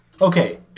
Okay